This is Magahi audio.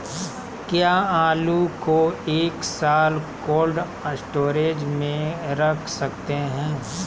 क्या आलू को एक साल कोल्ड स्टोरेज में रख सकते हैं?